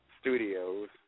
Studios